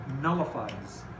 nullifies